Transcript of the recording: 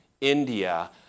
India